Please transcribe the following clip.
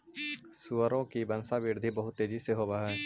सुअरों की वंशवृद्धि बहुत तेजी से होव हई